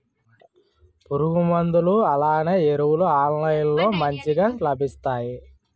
పురుగు మందులు అలానే ఎరువులు ఆన్లైన్ లో మంచిగా లభిస్తాయ?